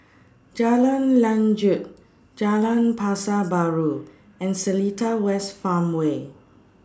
Jalan Lanjut Jalan Pasar Baru and Seletar West Farmway